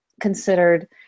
considered